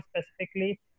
specifically